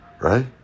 right